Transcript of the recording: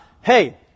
hey